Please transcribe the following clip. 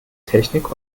technik